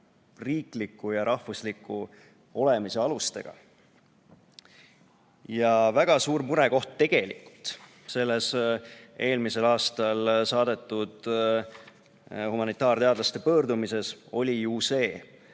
riigi ja rahva olemise alustega. Ja väga suur mure selles eelmisel aastal saadetud humanitaarteadlaste pöördumises oli ju see,